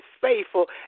faithful